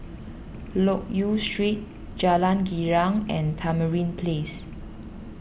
Loke Yew Street Jalan Girang and Tamarind Place